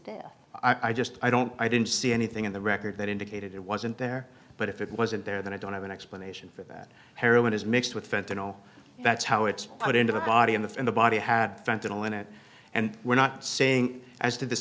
death i just i don't i didn't see anything in the record that indicated it wasn't there but if it wasn't there then i don't have an explanation for that heroin is mixed with fentanyl that's how it's put into the body in the in the body had fentanyl in it and we're not saying as to th